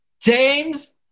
James